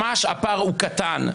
ממש קטן.